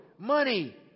Money